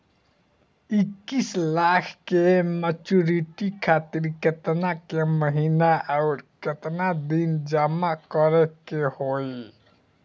इक्कीस लाख के मचुरिती खातिर केतना के महीना आउरकेतना दिन जमा करे के होई?